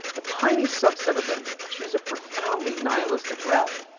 a tiny subset of them choose a profoundly nihilistic route,